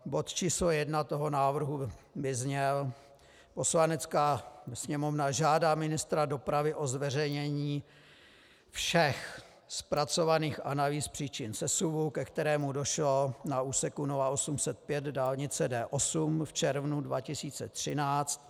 Bod číslo jedna toho návrhu by zněl: Poslanecká sněmovna žádá ministra dopravy o zveřejnění všech zpracovaných analýz příčin sesuvu, ke kterému došlo na úseku 0805 dálnice D8 v červnu 2013.